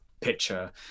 picture